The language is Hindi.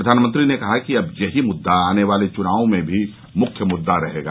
प्रधानमंत्री ने कहा कि अब यही मृद्दा आने वाले चुनावों में भी मुख्य मुद्दा रहेगा